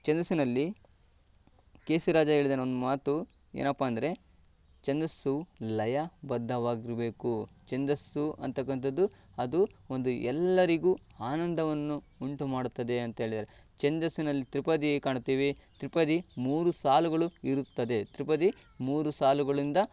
ಛಂದಸ್ಸಿನಲ್ಲಿ K C Raja ಹೇಳಿದಾನೆ ಒಂದು ಮಾತು ಏನಪ್ಪ ಅಂದರೆ ಛಂದಸ್ಸು ಲಯಬದ್ಧವಾಗಿರಬೇಕು ಛಂದಸ್ಸು ಅಂತಕ್ಕಂಥದ್ದು ಅದು ಒಂದು ಎಲ್ಲರಿಗೂ ಆನಂದವನ್ನು ಉಂಟುಮಾಡುತ್ತದೆ ಅಂತ ಹೇಳಿದ್ದಾರೆ ಛಂದಸ್ಸಿನಲ್ಲಿ ತ್ರಿಪದಿ ಕಾಣ್ತೀವಿ ತ್ರಿಪದಿ ಮೂರು ಸಾಲುಗಳು ಇರುತ್ತದೆ ತ್ರಿಪದಿ ಮುರುಸಾಲುಗಳಿಂದ